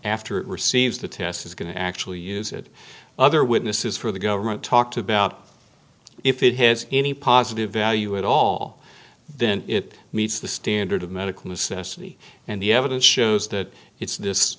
after it receives the test is going to actually use it other witnesses for the government talked about if it has any positive value at all then it meets the standard of medical necessity and the evidence shows that it's